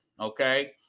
Okay